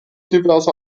diverse